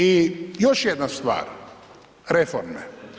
I još jedna stvar, reforme.